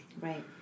Right